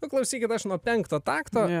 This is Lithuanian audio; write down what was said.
paklausykit aš nuo penkto takto